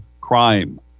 crime